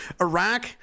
Iraq